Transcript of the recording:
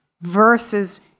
versus